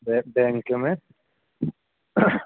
direct बैंके में